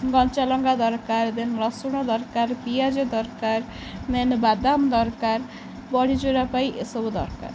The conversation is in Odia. କଞ୍ଚାଲଙ୍କା ଦରକାର ଦେନ୍ ରସୁଣ ଦରକାର ପିଆଜ ଦରକାର ଦେନ୍ ବାଦାମ ଦରକାର ବଢ଼ିଚୁରା ପାଇଁ ଏସବୁ ଦରକାର